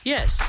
Yes